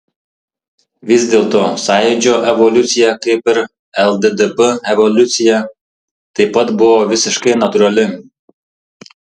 vis dėlto sąjūdžio evoliucija kaip ir lddp evoliucija taip pat buvo visiškai natūrali